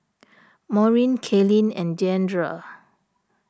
Maurine Kalene and Deandre